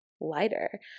lighter